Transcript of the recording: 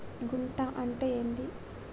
గుంట అంటే ఏంది?